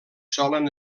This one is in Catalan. solen